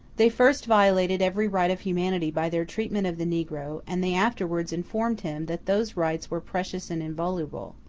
they first violated every right of humanity by their treatment of the negro and they afterwards informed him that those rights were precious and inviolable.